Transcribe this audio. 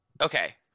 Okay